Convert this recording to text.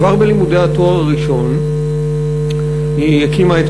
כבר בלימודי התואר הראשון היא הקימה את